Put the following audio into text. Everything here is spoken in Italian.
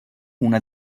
una